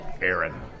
Aaron